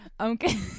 Okay